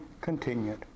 continued